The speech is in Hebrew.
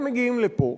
הם מגיעים לפה,